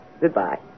Goodbye